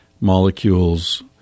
Molecules